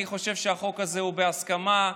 אני חושב שהחוק הזה הוא בהסכמה,